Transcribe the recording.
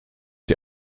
die